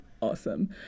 awesome